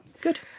Good